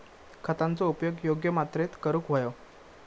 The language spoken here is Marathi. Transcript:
खतांचो उपयोग योग्य मात्रेत करूक व्हयो